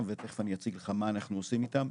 ותיכף אני אציג לך מה אנחנו עושים איתם,